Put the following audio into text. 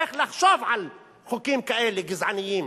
איך לחשוב על חוקים כאלה גזעניים.